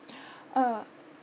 uh